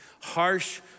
Harsh